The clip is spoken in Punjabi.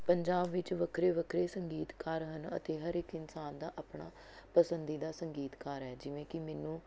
ਪੰਜਾਬ ਵਿੱਚ ਵੱਖਰੇ ਵੱਖਰੇ ਸੰਗੀਤਕਾਰ ਹਨ ਅਤੇ ਹਰ ਇੱਕ ਇਨਸਾਨ ਦਾ ਆਪਣਾ ਪਸੰਦੀਦਾ ਸੰਗੀਤਕਾਰ ਹੈ ਜਿਵੇਂ ਕਿ ਮੈਨੂੰ